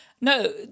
No